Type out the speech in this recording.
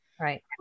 Right